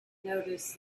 noticed